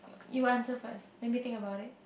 you answer first let me think about it